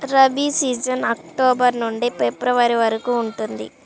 rabi season October నుండి February వరకు ఉంటుంది